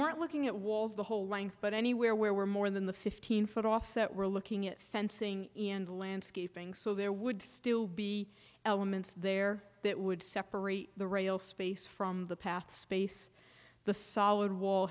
weren't looking at walls the whole length but anywhere where we're more than the fifteen foot offset we're looking at fencing and landscaping so there would still be elements there that would separate the rail space from the path space the solid wall